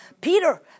Peter